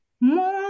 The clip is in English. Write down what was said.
more